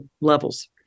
levels